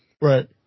Right